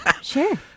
sure